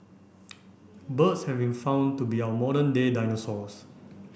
birds have been found to be our modern day dinosaurs